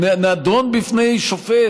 הוא נדון בפני שופט,